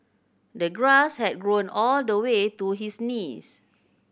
the grass had grown all the way to his knees